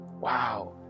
Wow